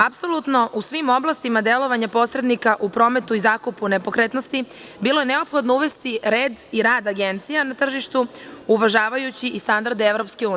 Apsolutno u svim oblastima delovanja posrednika u prometu i zakupu nepokretnosti bilo je neophodno uvesti red i rad agencija na tržištu uvažavajući i standarde EU.